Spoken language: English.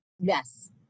Yes